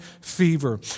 fever